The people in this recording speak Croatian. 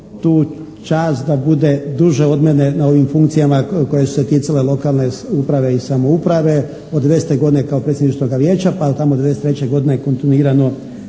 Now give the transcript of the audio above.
tu čast da bude duže od mene na ovim funkcijama koje su se ticale lokalne uprave i samouprave od 90. godine kao predsjedničkoga vijeća pa tamo do 93. godine kontinuirano